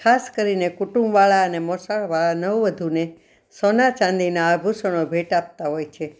ખાસ કરીને કુટુંબવાળા અને મોસાળવાળા નવવધૂને સોના ચાંદીના આભૂષણો ભેટ આપતા હોય છે